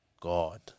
God